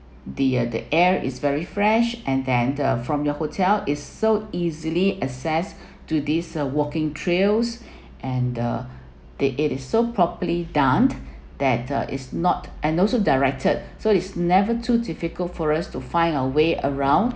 the the air is very fresh and then uh from your hotel is so easily access to these uh walking trails and the they it is so properly done that uh is not and also directed so is never too difficult for us to find a way around